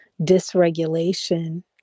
dysregulation